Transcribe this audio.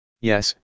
Yes